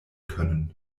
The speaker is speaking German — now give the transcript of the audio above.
können